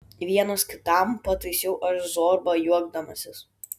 vienas kitam pataisiau aš zorbą juokdamasis